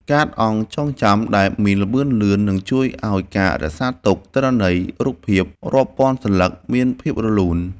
កាតអង្គចងចាំ ដែលមានល្បឿនលឿននឹងជួយឱ្យការរក្សាទុកទិន្នន័យរូបភាពរាប់ពាន់សន្លឹកមានភាពរលូន។